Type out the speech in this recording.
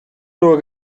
nur